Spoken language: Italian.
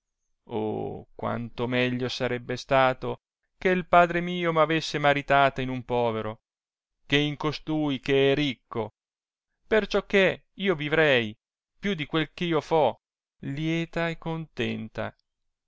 oh quanto meglio sarebbe stato che padre mio m'avesse maritata in un povero che in costui che è ricco per ciò che io viverci più di quel eh io fo lieta e contenta